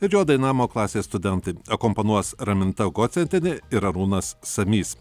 ir jo dainavimo klasės studentai akompanuos raminta gocentienė ir arūnas samys